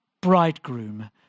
bridegroom